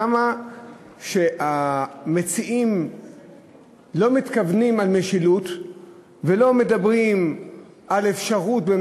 עד כמה המציעים לא מתכוונים למשילות ולא מדברים על אפשרות,